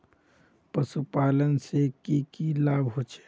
पशुपालन से की की लाभ होचे?